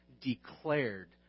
declared